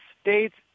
states